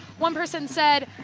one person said,